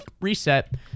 reset